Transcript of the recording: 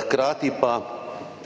Hkrati pa